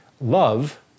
love